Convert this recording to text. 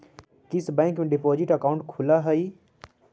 किस बैंक में deposit account खुलअ हई